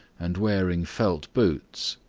and wearing felt boots.